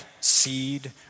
seed